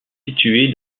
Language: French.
située